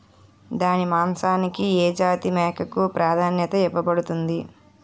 దాని మాంసానికి ఏ జాతి మేకకు ప్రాధాన్యత ఇవ్వబడుతుంది?